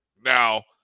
Now